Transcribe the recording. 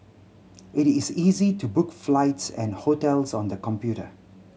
it is easy to book flights and hotels on the computer